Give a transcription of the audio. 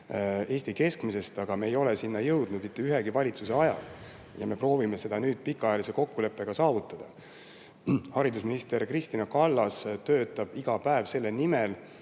Eesti keskmisest, aga me ei ole jõudnud selleni mitte ühegi valitsuse ajal. Me proovime seda nüüd pikaajalise kokkuleppega saavutada. Haridusminister Kristina Kallas töötab iga päev selle nimel,